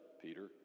Peter